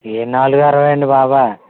ఏం నాలుగు అరవై అండి బాబా